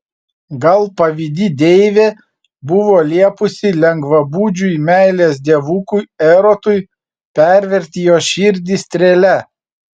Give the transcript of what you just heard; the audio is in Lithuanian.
gal pavydi deivė buvo liepusi lengvabūdžiui meilės dievukui erotui perverti jos širdį strėle